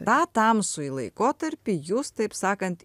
tą tamsųjį laikotarpį jus taip sakant